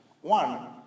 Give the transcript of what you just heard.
one